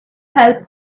help